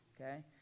okay